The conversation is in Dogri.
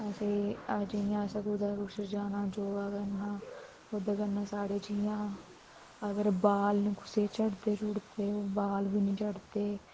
असें अगर जियां असें कुदै कुछ जाना योगा करना ओह्दे कन्नै साढ़े जियां अगर बाल न कुसै दे झड़दे झुड़दे ओह् बाल बी नी झड़दे